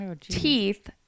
teeth